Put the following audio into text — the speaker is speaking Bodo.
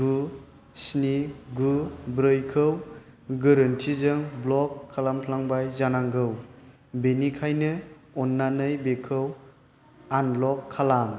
गु स्नि गु ब्रैखौ गोरोन्थिजों ब्लक खालामफ्लांबाय जानांगौ बेनिखायनो अन्नानै बेखौ आनब्लक खालाम